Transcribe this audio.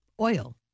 Oil